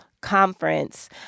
conference